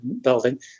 Building